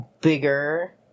bigger